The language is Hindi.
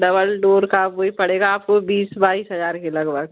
डबल डोर का वह ही पड़ेगा आपको बीस बाईस हज़ार के लगभग